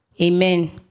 Amen